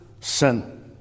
sin